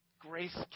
Grace